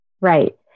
right